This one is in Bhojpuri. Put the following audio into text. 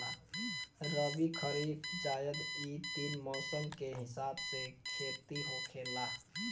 रबी, खरीफ, जायद इ तीन मौसम के हिसाब से खेती होखेला